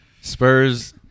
Spurs